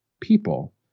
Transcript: people